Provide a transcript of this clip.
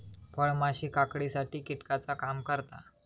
फळमाशी काकडीसाठी कीटकाचा काम करता